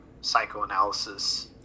psychoanalysis